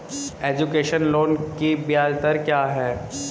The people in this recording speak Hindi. एजुकेशन लोन की ब्याज दर क्या है?